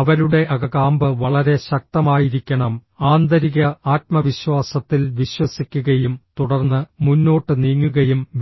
അവരുടെ അക കാമ്പ് വളരെ ശക്തമായിരിക്കണം ആന്തരിക ആത്മവിശ്വാസത്തിൽ വിശ്വസിക്കുകയും തുടർന്ന് മുന്നോട്ട് നീങ്ങുകയും വേണം